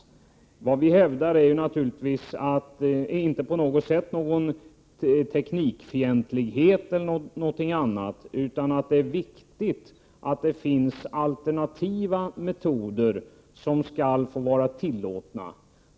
Det vi hävdar är inte på något sätt någon teknikfientlighet, utan vi hävdar att det är viktigt att alternativa metoder skall få tillåtas.